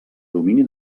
domini